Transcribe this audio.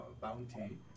bounty